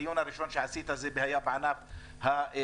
הדיון הראשון שעשית היה בענף התיירות,